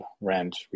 rent